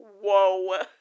whoa